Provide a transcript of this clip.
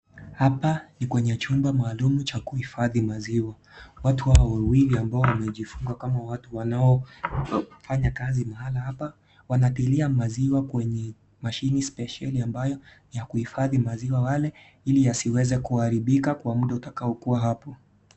Hapa ni kwenye chumba maalum cha kuhifadhia maziwa watu hawa wawili ambao wamejifunga kama watu ambao wanafanya kazi hapa wanatilia maziwa kwenye mashine spesheli ambayo ni ya kuhifadhi maziwa yale ili yasiweze kuharibika kwa muda utakaokuwa hapo.